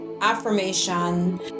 affirmation